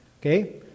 Okay